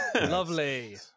Lovely